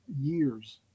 years